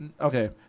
okay